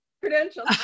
credentials